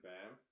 Bam